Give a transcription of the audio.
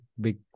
big